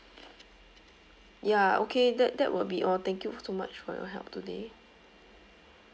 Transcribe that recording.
ya okay that that would be all thank you so much for your help today